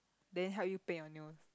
then help you paint your nails